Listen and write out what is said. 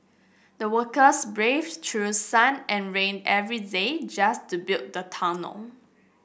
the workers braved through sun and rain every day just to build the tunnel